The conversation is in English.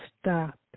Stop